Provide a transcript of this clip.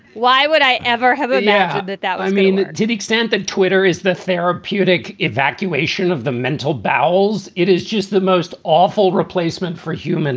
why would i ever have imagined yeah that that would mean to the extent that twitter is the therapeutic evacuation of the mental bowels, it is just the most awful replacement for human